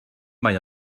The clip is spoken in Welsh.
mae